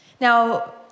Now